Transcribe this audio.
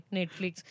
Netflix